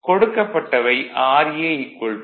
கொடுக்கப்பட்டவை ra 0